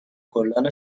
گلدان